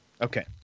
Okay